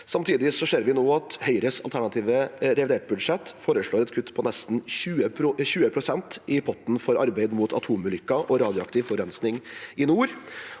Samtidig ser vi at Høyre i sitt alternative reviderte budsjett foreslår et kutt på nesten 20 pst. i potten for arbeidet mot atomulykker og radioaktiv forurensning i nord.